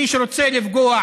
מי שרוצה לפגוע